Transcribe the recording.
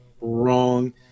Wrong